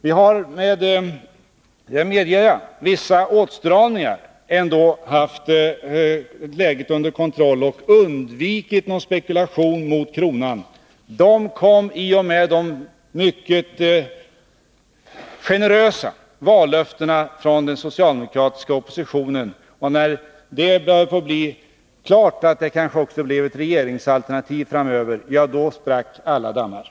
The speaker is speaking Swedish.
Vi har med — det medger jag — vissa åtstramningar ändå haft läget under kontroll och undvikit spekulation mot kronan. Spekulationerna kom i och med de mycket generösa vallöftena från den socialdemokratiska oppositionen. När det började bli klart att de kanske också skulle bli ett regeringsalternativ framöver — ja, då sprack alla fördämningar.